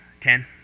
Ten